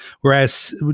Whereas